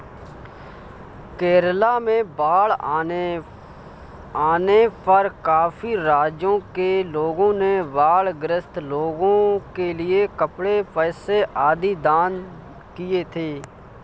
केरला में बाढ़ आने पर काफी राज्यों के लोगों ने बाढ़ ग्रस्त लोगों के लिए कपड़े, पैसे आदि दान किए थे